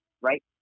right